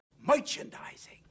Merchandising